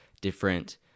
different